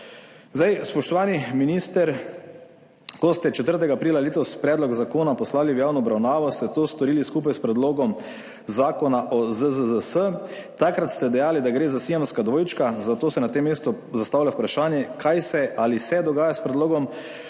Spoštovani minister, ko ste 4. aprila letos predlog zakona poslali v javno obravnavo, ste to storili skupaj s predlogom zakona o ZZZS. Takrat ste dejali, da gre za siamska dvojčka, zato se na tem mestu zastavlja vprašanje, kaj se ali se dogaja s predlogom